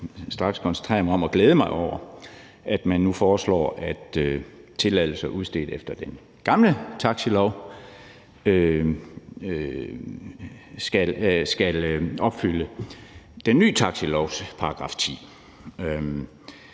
jeg lige straks koncentrere mig om at glæde mig over, at man nu foreslår, at tilladelser udstedt efter den gamle taxilov skal opfylde den nye taxilovs § 10.